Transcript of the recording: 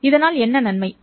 இதைச் செய்வதன் நன்மை என்ன